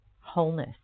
wholeness